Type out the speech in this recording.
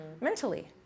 mentally